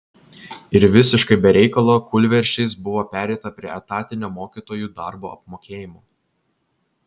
ir visiškai be reikalo kūlversčiais buvo pereita prie etatinio mokytojų darbo apmokėjimo